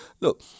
Look